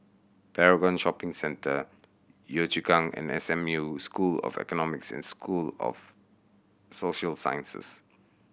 Paragon Shopping Centre Yio Chu Kang and S M U School of Economics and School of Social Sciences